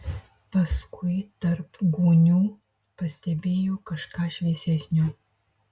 paskui tarp gūnių pastebėjo kažką šviesesnio